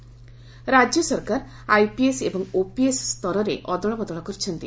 IPS ବଦଳି ରାଜ୍ୟ ସରକାର ଆଇପିଏସ୍ ଏବଂ ଓପିଏସ୍ ସ୍ତରରେ ଅଦଳବଦଳ କରିଛନ୍ତି